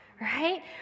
Right